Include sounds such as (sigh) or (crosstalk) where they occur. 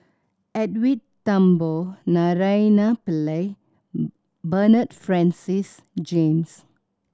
Edwin Thumboo Naraina Pillai (noise) Bernard Francis James